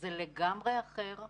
זה לגמרי אחר.